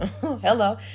Hello